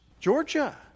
Georgia